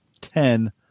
ten